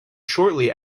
shortly